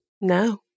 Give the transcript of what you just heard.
No